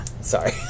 Sorry